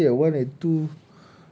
later I sleep at one and two